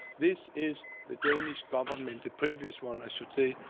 this is the danish government, the previous one, i should say,